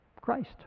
Christ